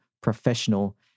professional